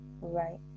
right